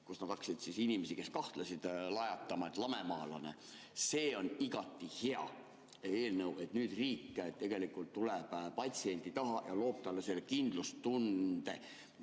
Nad hakkasid inimestele, kes kahtlesid, lajatama, et lamemaalane. See on igati hea eelnõu, et nüüd riik tegelikult tuleb patsiendi taha ja loob talle selle kindlustunde.